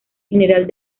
general